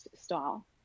style